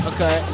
Okay